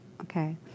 Okay